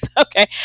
Okay